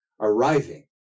arriving